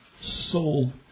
soul